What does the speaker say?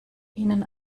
ihnen